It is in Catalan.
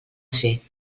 fer